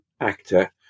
actor